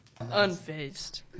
Unfazed